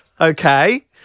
okay